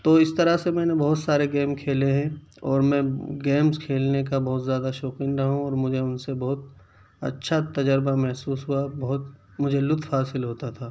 تو اس طرح سے میں نے بہت سارے گیم کھیلے ہیں اور میں گیمس کھیلنے کا بہت زیادہ شوقین رہا ہوں اور مجھے ان سے بہت اچھا تجربہ محسوس ہوا بہت مجھے لطف حاصل ہوتا تھا